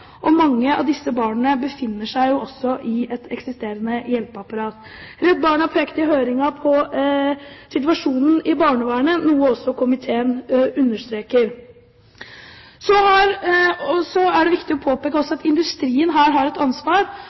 Mange av disse barna befinner seg i et eksisterende hjelpeapparat. Redd Barna pekte i høringen på situasjonen i barnevernet, noe også komiteen understreker. Det er også viktig å påpeke at industrien har et ansvar,